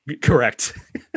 Correct